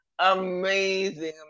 Amazing